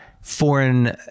foreign